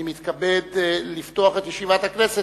אני מתכבד לפתוח את ישיבת הכנסת.